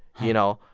you know,